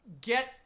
Get